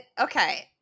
Okay